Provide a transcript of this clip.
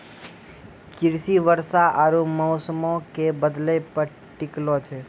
कृषि वर्षा आरु मौसमो के बदलै पे टिकलो छै